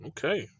Okay